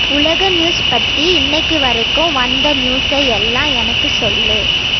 உலக நியூஸ் பற்றி இன்னைக்கி வரைக்கும் வந்த நியூஸை எல்லாம் எனக்கு சொல்